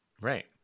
right